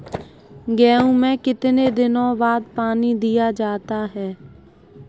गेहूँ में कितने दिनों बाद पानी दिया जाता है?